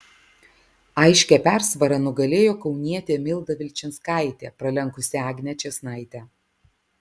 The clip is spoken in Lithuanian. aiškia persvara nugalėjo kaunietė milda vilčinskaitė pralenkusi agnę čėsnaitę